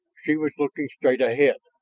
she was looking straight ahead,